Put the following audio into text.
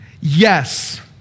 Yes